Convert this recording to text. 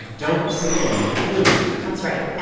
don't sit alone with the news that's right.